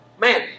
Man